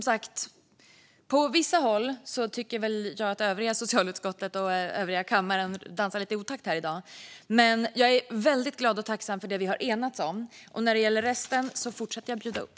På vissa håll tycker jag som sagt att övriga socialutskottet och övriga kammaren dansar lite i otakt här i dag, men jag är väldigt glad och tacksam för det vi har enats om. När det gäller resten fortsätter jag att bjuda upp.